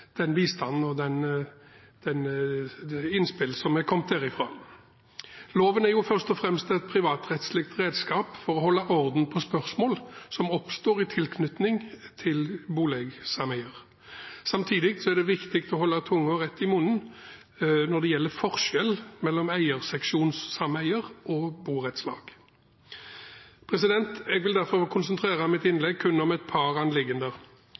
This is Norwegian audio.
innspill. Loven er først og fremst et privatrettslig redskap til å holde orden på spørsmål som oppstår i tilknytning til boligsameier. Samtidig er det viktig å holde tunga rett i munnen når det gjelder forskjellene mellom eierseksjonssameier og borettslag. Jeg vil derfor konsentrere mitt innlegg om bare et par